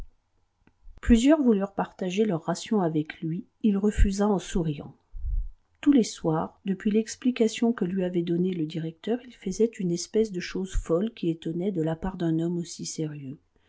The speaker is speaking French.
plusieurs voulurent partager leur ration avec lui il refusa en souriant tous les soirs depuis l'explication que lui avait donnée le directeur il faisait une espèce de chose folle qui étonnait de la part d'un homme aussi sérieux